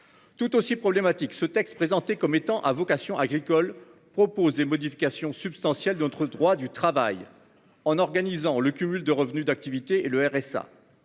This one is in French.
Tout aussi problématique. Ce texte présenté comme étant à vocation agricole propose des modifications substantielles de notre droit du travail en organisant le cumul de revenus d'activité et le RSA.